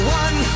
one